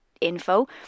Info